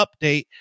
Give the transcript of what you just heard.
Update